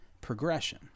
progression